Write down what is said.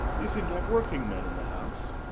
you seem to have workingmen in the house?